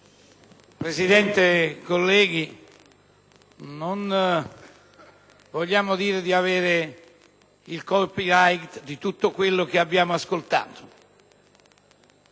Presidente, colleghi, non vogliamo dire di avere il *copyright* su tutto ciò che abbiamo ascoltato: